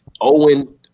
Owen